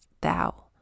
thou